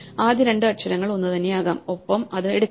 ആദ്യ രണ്ട് അക്ഷരങ്ങൾ ഒന്നുതന്നെയാകാം ഒപ്പം അത് എടുക്കാം